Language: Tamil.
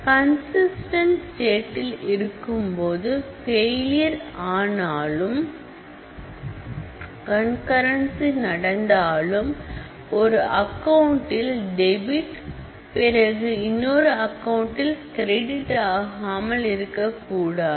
கன்சிஸ்டன்ட் ஸ்டேட்டில் இருக்கும்போது ஃபெயிலியர் ஆனாலும் கண்கரன்சி நடந்தாலும் ஒரு அக்கவுண்டில் டெபிட் பிறகு இன்னொரு அக்கவுண்டில் கிரெடிட் ஆகாமல் இருக்க கூடாது